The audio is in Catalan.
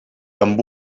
amb